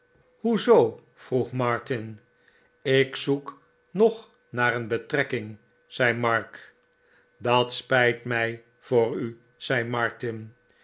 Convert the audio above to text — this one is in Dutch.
zoo vroeg martin ik zoek nog naar een betrekking zei mark maarten chuzzlewit dat spijt mij voor u zei martin